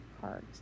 cards